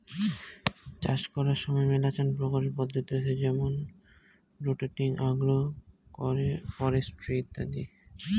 চাষ করার সময় মেলাচান প্রকারের পদ্ধতি হসে যেমন রোটেটিং, আগ্রো ফরেস্ট্রি ইত্যাদি